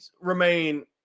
remain